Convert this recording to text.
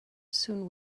soon